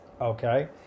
okay